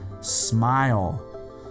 Smile